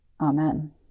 Amen